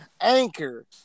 Anchor